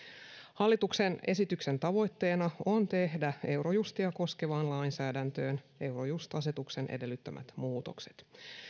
hallituksen esityksen tavoitteena on tehdä eurojustia koskevaan lainsäädäntöön eurojust asetuksen edellyttämät muutokset